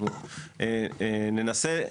אנחנו ננסה,